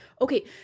Okay